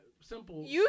simple